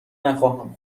نخواهم